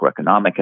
macroeconomic